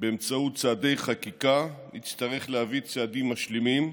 באמצעות צעדי חקיקה, נצטרך להביא צעדים משלימים,